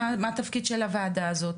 מה התפקיד של הוועדה הזאת?